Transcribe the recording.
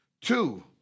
Two